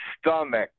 stomach